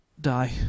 Die